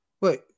Wait